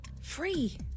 Free